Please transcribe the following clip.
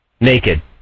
Naked